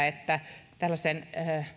että tällaiseen